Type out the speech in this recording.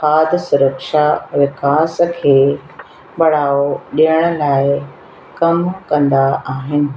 खाद सुरक्षा विकास खे बढ़ावो ॾियण लाइ कमु कंदा आहिनि